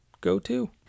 go-to